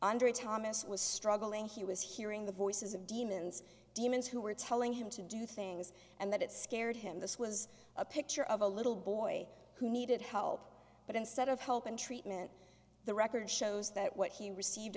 hundred thomas was struggling he was hearing the voices of demons demons who were telling him to do things and that it scared him this was a picture of a little boy who needed help but instead of help and treatment the record shows that what he received